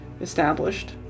established